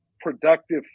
productive